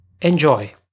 Enjoy